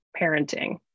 parenting